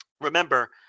Remember